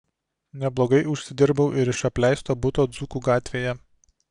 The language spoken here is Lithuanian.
neblogai užsidirbau ir iš apleisto buto dzūkų gatvėje